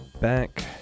back